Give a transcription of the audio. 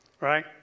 Right